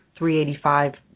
385